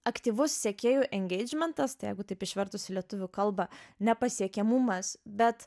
aktyvus sekėjų ingeidžmentas tai jeigu taip išvertus į lietuvių kalbą nepasiekiamumas bet